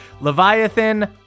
Leviathan